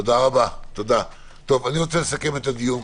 אני רוצה לסכם את הדיון.